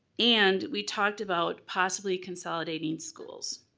and we talked about possibly consolidating schools.